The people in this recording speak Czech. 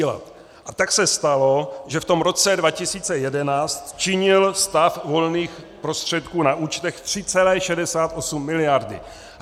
A tak se stalo, že v tom roce 2011 činil stav volných prostředků na účtech 3,68 miliardy.